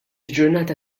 ġurnata